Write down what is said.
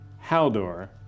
Haldor